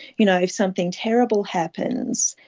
you know, if something terrible happens,